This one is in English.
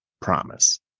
promise